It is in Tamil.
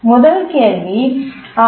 முதல் கேள்வி ஆர்